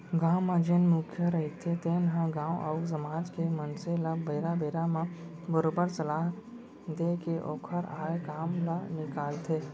गाँव म जेन मुखिया रहिथे तेन ह गाँव अउ समाज के मनसे ल बेरा बेरा म बरोबर सलाह देय के ओखर आय काम ल निकालथे